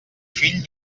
fill